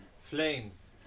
flames